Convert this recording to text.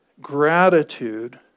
gratitude